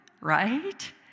Right